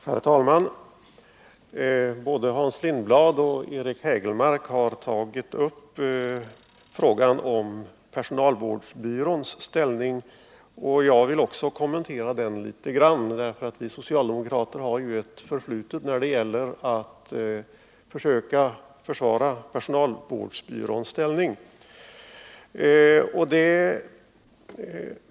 Herr talman! Både Hans Lindblad och Eric Hägelmark har tagit upp frågan om personalvårdsbyråns ställning, och jag vill också något kommentera den. Vi socialdemokrater har ju ett förflutet när det gäller att försvara personalvårdsbyråns ställning.